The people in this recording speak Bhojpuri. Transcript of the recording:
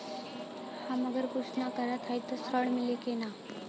हम अगर कुछ न करत हई त ऋण मिली कि ना?